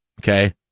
Okay